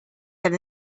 that